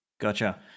Gotcha